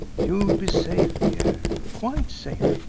you'll be safe, dear quite safe.